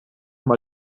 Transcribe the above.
mal